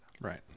right